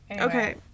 Okay